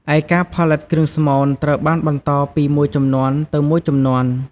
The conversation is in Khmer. ឯការផលិតគ្រឿងស្មូនត្រូវបានបន្តពីមួយជំនាន់ទៅមួយជំនាន់។